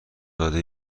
داده